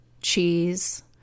cheese